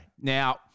now